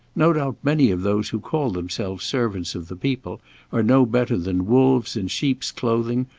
no doubt many of those who call themselves servants of the people are no better than wolves in sheep's clothing,